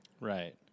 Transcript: Right